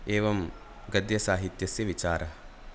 एवं गद्यसाहित्यस्य विचारः